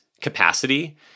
capacity